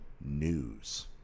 news